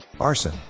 Arson